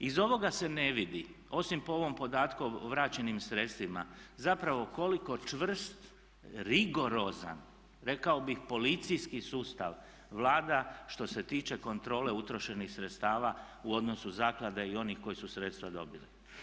Iz ovoga se ne vidi, osim po ovom podatku o vraćenim sredstvima, zapravo koliko čvrst, rigorozan rekao bih policijskih sustav vlada što se tiče kontrole utrošenih sredstava u odnosu zaklada i onih koji su sredstva dobili.